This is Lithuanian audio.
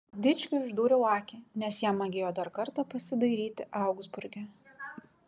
dičkiui išdūriau akį nes jam magėjo dar kartą pasidairyti augsburge